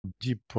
deep